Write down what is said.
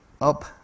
up